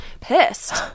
pissed